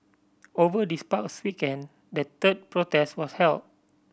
over this past weekend the third protest was held